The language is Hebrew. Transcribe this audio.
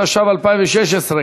התשע"ו 2016,